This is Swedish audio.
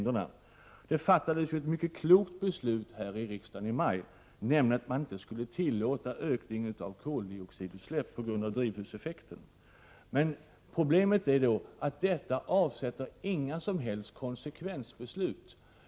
Det fattades ett mycket klokt beslut här i riksdagen i maj, nämligen att man på grund av drivhuseffekten inte skulle tillåta en ökning av koldioxidutsläppen. Men problemet är att detta inte resulterat i några som helst konsekvensbeslut.